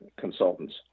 consultants